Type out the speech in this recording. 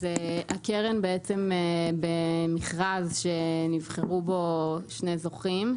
הקרן במכרז שנבחרו בו שני זוכים,